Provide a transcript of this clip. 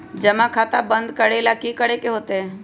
जमा खाता बंद करे ला की करे के होएत?